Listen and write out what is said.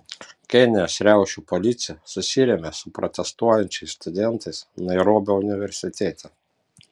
kenijos riaušių policija susirėmė su protestuojančiais studentais nairobio universitete